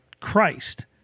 Christ